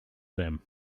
them